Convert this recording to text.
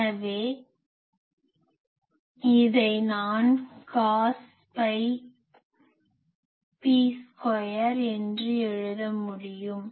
எனவே இதை நான் காஸ் ஃபை p ஸ்கொயர் என்று எழுத முடியும்